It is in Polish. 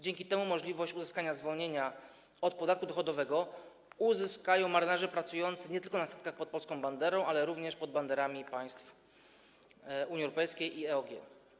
Dzięki temu możliwość uzyskania zwolnienia z podatku dochodowego uzyskają marynarze pracujący na statkach nie tylko pod polską banderą, ale również pod banderami państw Unii Europejskiej i EOG.